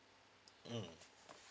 mm